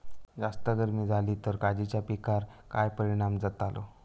जास्त गर्मी जाली तर काजीच्या पीकार काय परिणाम जतालो?